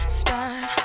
start